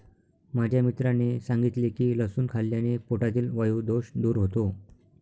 माझ्या मित्राने सांगितले की लसूण खाल्ल्याने पोटातील वायु दोष दूर होतो